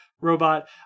robot